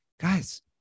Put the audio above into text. guys